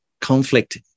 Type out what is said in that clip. Conflict